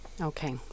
Okay